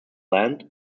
land